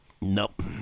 Nope